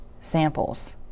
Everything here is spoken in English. samples